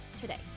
today